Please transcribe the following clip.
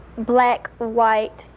black, white,